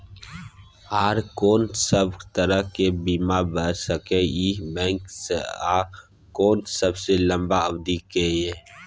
आर कोन सब तरह के बीमा भ सके इ बैंक स आ कोन सबसे लंबा अवधि के ये?